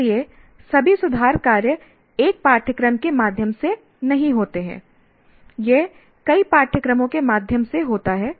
इसलिए सभी सुधार कार्य एक पाठ्यक्रम के माध्यम से नहीं होते हैं यह कई पाठ्यक्रमों के माध्यम से होता है